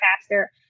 faster